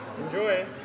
Enjoy